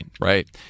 right